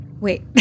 Wait